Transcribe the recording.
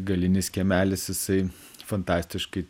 galinis kiemelis jisai fantastiškai